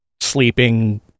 sleeping